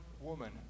woman